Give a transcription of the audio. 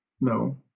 No